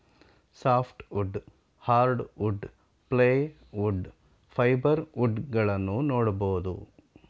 soft wood, hardwood, plywood, fibre wood ಗಳನ್ನೂ ನೋಡ್ಬೋದು